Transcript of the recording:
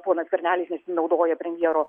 ponas skvernelis nesinaudoja premjero